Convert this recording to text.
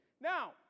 Now